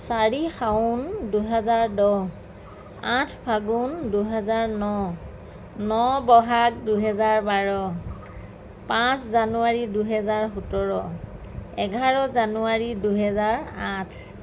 চাৰি শাওণ দুহেজাৰ দহ আঠ ফাগুণ দুহেজাৰ ন ন ব'হাগ দুহেজাৰ বাৰ পাঁচ জানুৱাৰী দুহেজাৰ সোতৰ এঘাৰ জানুৱাৰী দুহেজাৰ আঠ